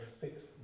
six